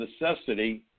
necessity